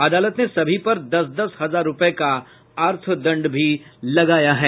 अदालत ने सभी पर दस दस हजार रूपये का अर्थदंड भी लगाया है